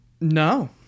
No